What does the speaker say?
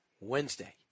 Wednesday